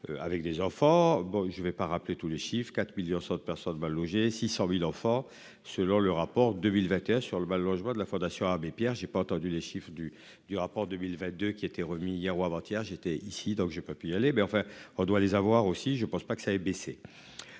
Avec des enfants. Bon je vais pas rappeler tout le chiffre 4 millions de personnes mal logées, 600.000 enfants, selon le rapport 2021 sur le mal-logement de la Fondation Abbé Pierre, j'ai pas entendu les chiffres du du rapport 2022 qui était remis hier ou avant-. Hier j'étais ici, donc j'ai pas pu y aller mais enfin on doit les avoir aussi je pense pas que ça ait baissé.